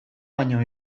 baino